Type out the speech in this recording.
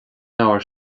leabhar